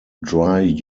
dry